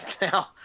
now